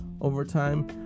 overtime